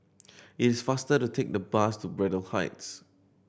it is faster to take the bus to Braddell Heights